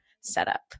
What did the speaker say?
setup